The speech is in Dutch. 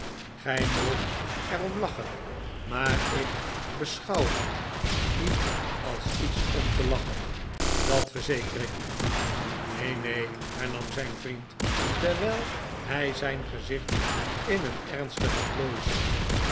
gij moogt er om lachen maar ik beschouw het niet als iets om te lachen dat verzeker ik u r neen neen hernam zijn vriend terwijl hij zijn gezicht in een ernstige plooi zette